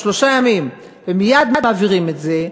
שלושה ימים ומייד מעבירים את זה,